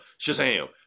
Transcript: Shazam